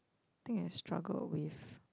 think I struggled with